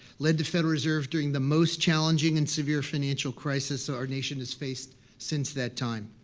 led the federal reserve during the most challenging and severe financial crisis so our nation has faced since that time.